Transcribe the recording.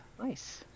nice